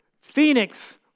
Phoenix